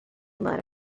mud